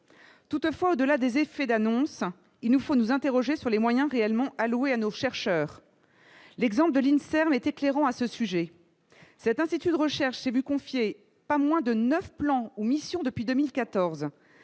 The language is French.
toutefois au delà des effets d'annonce, ils nous font nous interroger sur les moyens réellement alloués à nos chercheurs, l'exemple de l'INSERM est éclairant à ce sujet, cet institut de recherche et vu confier, pas moins de 9 plan missions depuis 2014,